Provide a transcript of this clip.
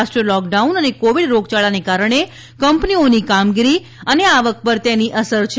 રાષ્ટ્રીય લોકડાઉન અને કોવિડ રોગયાળાને કારણે કંપનીઓની કામગીરી અને આવક પ ર તેની અસર છે